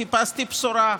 חיפשתי בשורה,